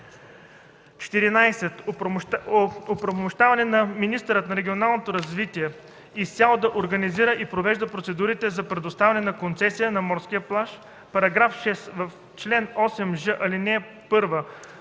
14. оправомощаване на министъра на регионалното развитие изцяло да организира и провежда процедурата за предоставяне на концесия на морския плаж.”. § 6. В чл. 8ж, ал. 1